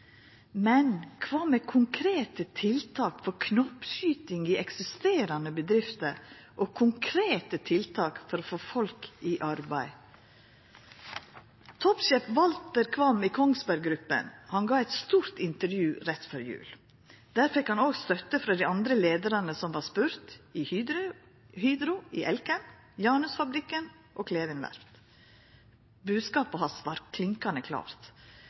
Men kva med konkrete tiltak for knoppskyting i eksisterande bedrifter og konkrete tiltak for å få folk i arbeid? Toppsjef Walter Qvam i Kongsberg Gruppen gav eit stort intervju rett før jul. Der fekk han òg støtte frå dei andre leiarane som var spurde – i Hydro, i Elkem, i Janusfabrikken og i Kleven